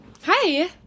Hi